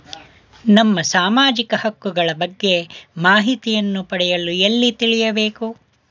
ನಮ್ಮ ಸಾಮಾಜಿಕ ಹಕ್ಕುಗಳ ಬಗ್ಗೆ ಮಾಹಿತಿಯನ್ನು ಪಡೆಯಲು ಎಲ್ಲಿ ತಿಳಿಯಬೇಕು?